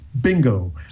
Bingo